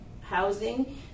Housing